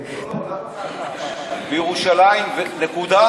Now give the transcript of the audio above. מירושלים, נקודה?